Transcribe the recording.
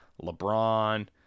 LeBron